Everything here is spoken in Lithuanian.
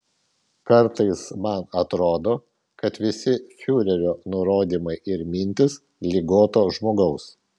kartais man atrodo kad visi fiurerio nurodymai ir mintys ligoto žmogaus